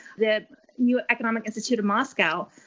that new economic institute of moscow.